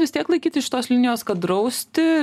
vis tiek laikytis šitos linijos kad drausti